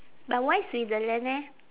but why switzerland eh